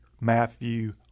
Matthew